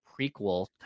prequel